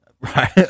Right